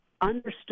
understood